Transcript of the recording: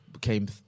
came